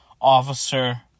officer